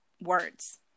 words